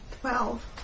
Twelve